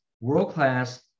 world-class